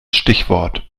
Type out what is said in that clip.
stichwort